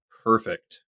Perfect